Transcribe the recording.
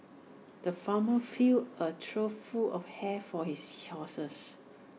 the farmer filled A trough full of hay for his horses